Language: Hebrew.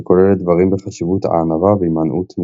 וכוללת דברים בחשיבות הענווה והימנעות מכעס.